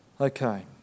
Okay